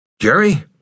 Jerry